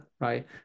right